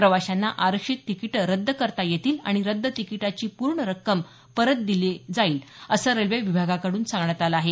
प्रवाशांना आरक्षित तिकिटं रद्द करता येतील आणि रद्द तिकीटाची पूर्ण रक्कम परत दिली जाईल असं रेल्वे विभागाकडून सांगण्यात आलं आहे